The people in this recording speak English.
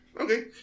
Okay